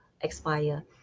expire